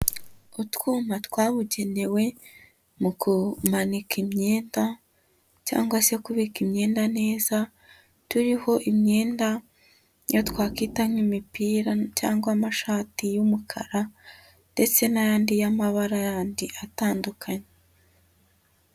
Utwuma twabugenewe mu kumanika imyenda, cyangwa se kubika imyenda neza turiho imyenda iyo twakwita nk'imipira cyangwa amashati y'umukara ndetse n'andi y'amabara yandi atandukanye.